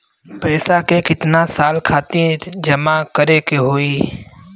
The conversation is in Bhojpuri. पैसा के कितना साल खातिर जमा करे के होइ?